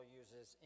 uses